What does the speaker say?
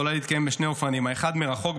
יכולה להתקיים בשני אופנים: האחת מרחוק,